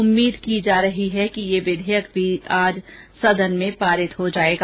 उम्मीद की जा रही है कि यह विधेयक भी आज सदन में पास हो जायेगा